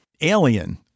alien